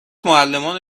معلمان